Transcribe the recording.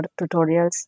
tutorials